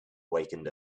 awakened